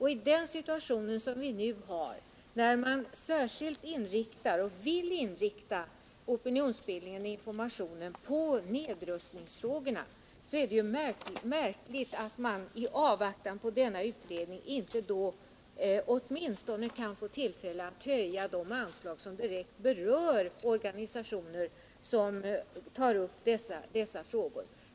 I den situation som vi nu har — när vi vill inrikta opinionsbildning och information särskilt på nedrustningsfrågorna — är det märkligt att man i avvaktan på denna utredning inte kan få tillfälle att höja åtminstone de anslag som direkt berör organisationer som tar upp dessa frågor.